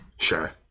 Sure